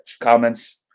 comments